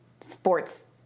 sports